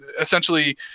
essentially